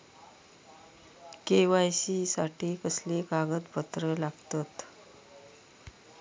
KYC साठी कसली कागदपत्र लागतत?